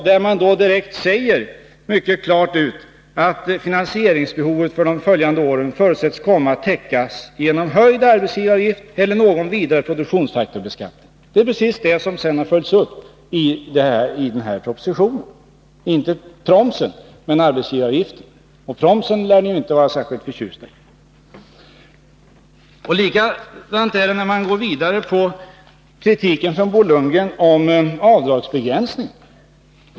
Där sägs mycket klart: ”Finansieringsbehovet för de följande åren förutsätts komma att täckas genom höjd arbetsgivaravgift eller någon vidare produktionsfaktorbeskattning.” Det är precis detta som sedan följts upp i propositionen — inte promsen men arbetsgivaravgiften. Promsen lär ni inte vara särskilt förtjusta i. Likadant är det när Bo Lundgren går vidare i sin kritik mot avdragsbegränsningen.